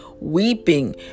weeping